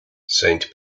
saint